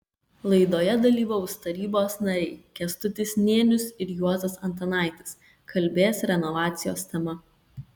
laidoje dalyvaus tarybos nariai kęstutis nėnius ir juozas antanaitis kalbės renovacijos tema